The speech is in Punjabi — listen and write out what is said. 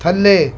ਥੱਲੇ